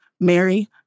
Mary